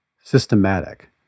systematic